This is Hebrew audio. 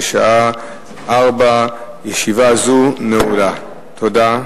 בשעה 16:00. תודה.